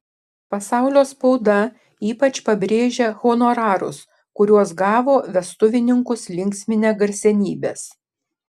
pasaulio spauda ypač pabrėžia honorarus kuriuos gavo vestuvininkus linksminę garsenybės